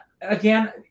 again